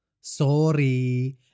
Sorry